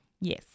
yes